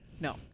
No